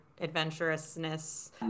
adventurousness